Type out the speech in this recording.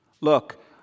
Look